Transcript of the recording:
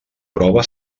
prova